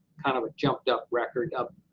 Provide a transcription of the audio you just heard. kind of a jumped-up record,